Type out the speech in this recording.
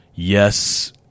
Yes